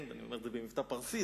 אני אומר זאת במבטא פרסי,